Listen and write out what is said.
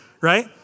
right